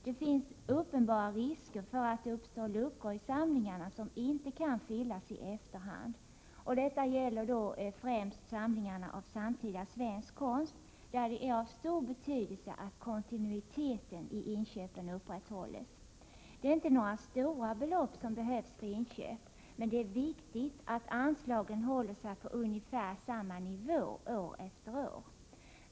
Det finns uppenbara risker för att luckor uppstår i samlingarna vilka inte kan fyllas i efterhand. Detta gäller främst samlingarna av samtida svensk konst, där det är av stor betydelse att kontinuiteten i inköpen upprätthålls. Det är inte några stora belopp som behövs för inköp — men det är viktigt att anslagen håller sig på ungefär samma nivå år efter år.